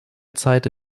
zeit